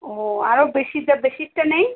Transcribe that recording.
ও আরও বেশিটা বেশিরটা নেই